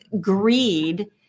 greed